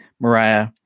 mariah